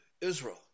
Israel